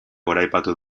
goraipatu